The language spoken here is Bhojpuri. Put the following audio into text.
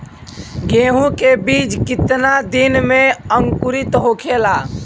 गेहूँ के बिज कितना दिन में अंकुरित होखेला?